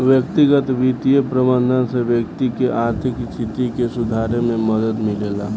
व्यक्तिगत बित्तीय प्रबंधन से व्यक्ति के आर्थिक स्थिति के सुधारे में मदद मिलेला